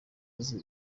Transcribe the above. azi